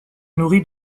nourrit